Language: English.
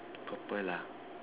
purple ah